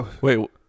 Wait